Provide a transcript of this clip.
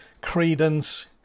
credence